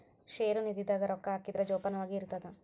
ಷೇರು ನಿಧಿ ದಾಗ ರೊಕ್ಕ ಹಾಕಿದ್ರ ಜೋಪಾನವಾಗಿ ಇರ್ತದ